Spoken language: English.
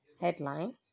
headline